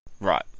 Right